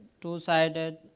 two-sided